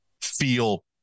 feel